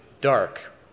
dark